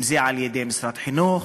אם על-ידי משרד החינוך,